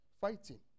Fighting